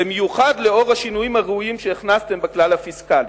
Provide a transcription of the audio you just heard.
במיוחד לאור השינויים הראויים שהכנסתם בכלל הפיסקלי.